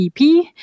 EP